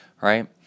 right